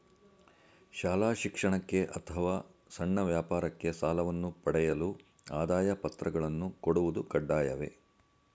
ಶಾಲಾ ಶಿಕ್ಷಣಕ್ಕೆ ಅಥವಾ ಸಣ್ಣ ವ್ಯಾಪಾರಕ್ಕೆ ಸಾಲವನ್ನು ಪಡೆಯಲು ಆದಾಯ ಪತ್ರಗಳನ್ನು ಕೊಡುವುದು ಕಡ್ಡಾಯವೇ?